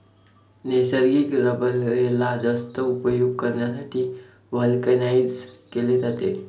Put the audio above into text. नैसर्गिक रबरेला जास्त उपयुक्त करण्यासाठी व्हल्कनाइज्ड केले जाते